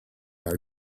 our